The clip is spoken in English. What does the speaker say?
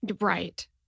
Right